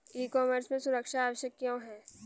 ई commerce में सुरक्षा आवश्यक क्यों है?